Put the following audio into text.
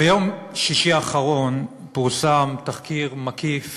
ביום שישי האחרון פורסם בעיתון "ידיעות אחרונות" תחקיר מקיף